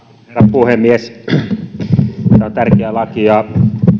puhemies tämä on tärkeä laki ja